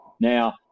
Now